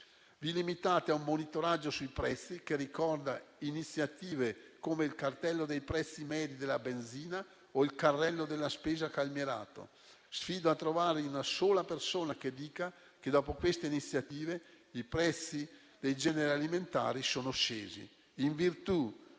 Vi limitate a un monitoraggio sui prezzi che ricorda iniziative come il cartello dei prezzi medi della benzina o il carrello della spesa calmierato. Sfido a trovare una sola persona che dica che, dopo queste iniziative, i prezzi dei generi alimentari sono scesi.